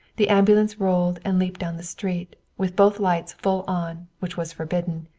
the ambulance rolled and leaped down the street, with both lights full on, which was forbidden,